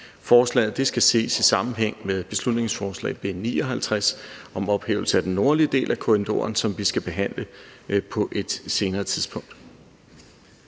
Forslaget skal ses i sammenhæng med beslutningsforslag B 59 om ophævelse af den nordlige del af korridoren, som vi skal behandle på et senere tidspunkt.